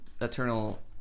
Eternal